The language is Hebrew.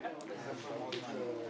לכולם.